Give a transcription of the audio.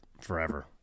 forever